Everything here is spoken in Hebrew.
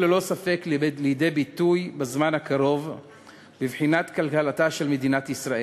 ללא ספק לידי ביטוי בזמן הקרוב בבחינת כלכלתה של מדינת ישראל.